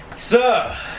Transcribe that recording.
Sir